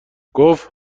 گفت